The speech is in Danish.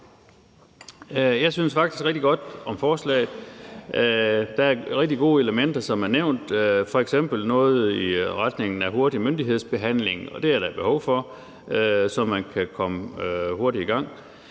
Jeg synes faktisk rigtig godt om forslaget. Der er rigtig gode elementer, som det er nævnt, f.eks. noget i retning af hurtig myndighedsbehandling, og det er der behov for, så man kan komme hurtigt i gang.